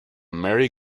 merry